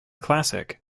classic